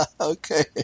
Okay